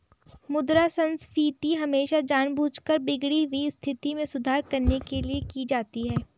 मुद्रा संस्फीति हमेशा जानबूझकर बिगड़ी हुई स्थिति में सुधार करने के लिए की जाती है